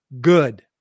good